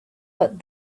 but